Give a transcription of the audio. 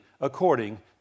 according